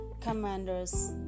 commander's